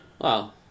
wow